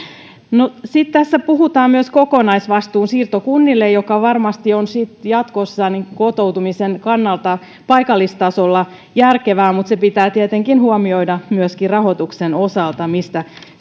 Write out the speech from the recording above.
kiinni sitten tässä puhutaan myös kokonaisvastuun siirrosta kunnille mikä varmasti on jatkossa kotoutumisen kannalta paikallistasolla järkevää mutta se pitää tietenkin huomioida myöskin rahoituksen osalta mistä